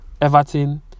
Everton